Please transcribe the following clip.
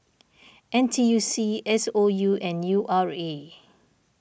N T U C S O U and U R A